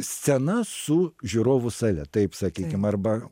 scena su žiūrovų sale taip sakykim arba